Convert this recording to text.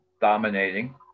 dominating